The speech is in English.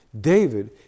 David